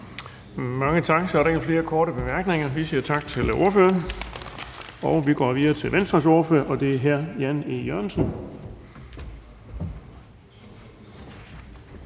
Bonnesen): Så er der ikke flere korte bemærkninger. Vi siger tak til ordføreren. Så kan vi gå videre til SF's ordfører, og det er hr. Sigurd Agersnap.